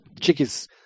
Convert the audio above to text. Chickies